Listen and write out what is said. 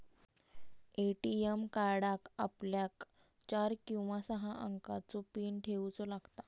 ATM कार्डाक आपल्याक चार किंवा सहा अंकाचो पीन ठेऊचो लागता